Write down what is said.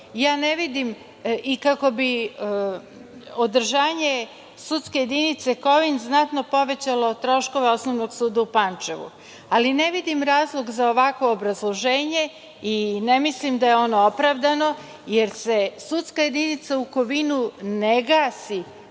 zaposlenih i kako bi održanje sudske jedinice Kovin znatno povećalo troškove Osnovnog suda u Pančevu. Ali, ne vidim razlog za ovakvo obrazloženje i ne mislim da je ono opravdano, jer se sudska jedinica u Kovinu ne gasi,